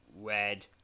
red